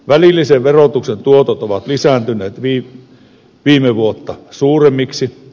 välillisen verotuksen tuotot ovat lisääntyneet viime vuotta suuremmiksi